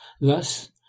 Thus